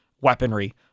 weaponry